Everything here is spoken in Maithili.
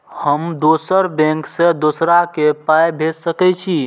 हम दोसर बैंक से दोसरा के पाय भेज सके छी?